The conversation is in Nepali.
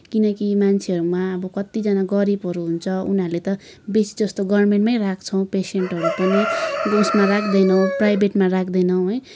किनकि मान्छेहरूमा अब कतिजना गरिबहरू हुन्छ उनीहरूले त बेसी जस्तो गभर्मेन्टमै राख्छौँ पेसेन्टहरू पनि उसमा राख्दैन प्राइभेटमा राख्दैनौँ है